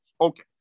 Okay